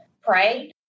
pray